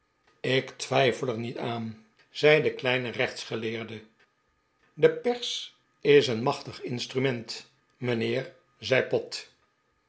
ik twijfel er niet aan zei de kleine de pickwick club xechtsgeleerde de pers is een machtig instrument mijnheer zei pott